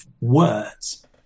words